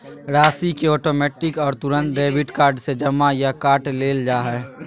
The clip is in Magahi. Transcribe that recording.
राशि के ऑटोमैटिक और तुरंत डेबिट कार्ड से जमा या काट लेल जा हइ